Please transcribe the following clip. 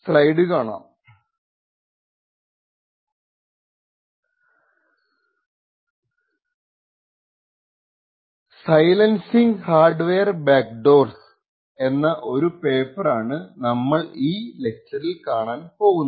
silencing hardware backdoors എന്ന ഒരു പേപ്പറാണ് നമ്മൾ ഈ ലെക്ചർറിൽ കാണാൻ പോകുന്നത്